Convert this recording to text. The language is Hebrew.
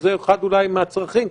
וזה אולי אחד מהצרכים,